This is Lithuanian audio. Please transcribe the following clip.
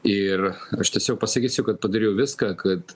ir aš tiesiog pasakysiu kad padariau viską kad